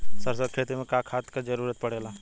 सरसो के खेती में का खाद क जरूरत पड़ेला?